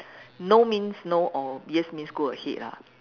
no means no or yes means go ahead lah